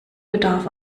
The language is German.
bedarf